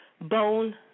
bone